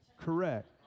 Correct